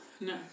No